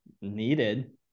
needed